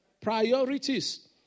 priorities